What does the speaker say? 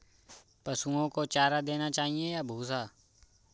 पशुओं को चारा देना चाहिए या भूसा?